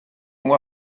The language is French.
moi